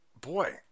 boy